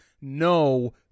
No